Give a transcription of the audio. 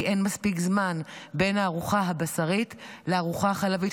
כי אין מספיק זמן בין הארוחה הבשרית לארוחה החלבית,